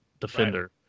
defender